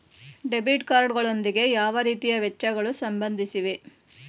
Debit card ಗಳೊಂದಿಗೆ ಯಾವ ರೀತಿಯ ವೆಚ್ಚಗಳು ಸಂಬಂಧಿಸಿವೆ?